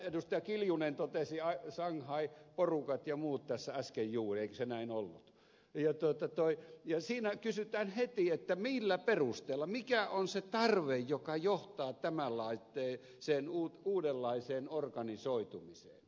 kimmo kiljunen totesi shanghai porukat ja muut tässä äsken juuri eikö se näin ollut ja siinä kysytään heti millä perusteella mikä on se tarve joka johtaa tämänlaiseen uudenlaiseen organisoitumiseen